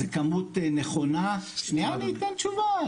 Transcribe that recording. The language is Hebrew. זה כמות נכונה, שנייה אני אתן תשובה.